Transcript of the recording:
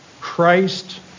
Christ